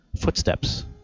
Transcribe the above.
Footsteps